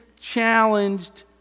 challenged